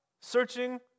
searching